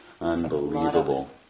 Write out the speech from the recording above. Unbelievable